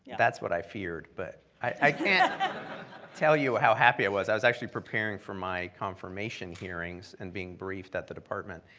that's what i feared, but i can't tell you how happy i was. i was actually preparing for my confirmation hearings, and being briefed at the department,